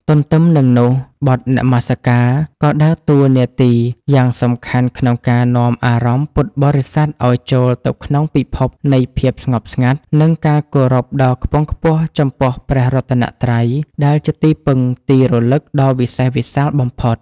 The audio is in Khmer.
ទន្ទឹមនឹងនោះ បទនមស្ការ ក៏ដើរតួនាទីយ៉ាងសំខាន់ក្នុងការនាំអារម្មណ៍ពុទ្ធបរិស័ទឱ្យចូលទៅក្នុងពិភពនៃភាពស្ងប់ស្ងាត់ និងការគោរពដ៏ខ្ពង់ខ្ពស់ចំពោះព្រះរតនត្រ័យ ដែលជាទីពឹងទីរលឹកដ៏វិសេសវិសាលបំផុត។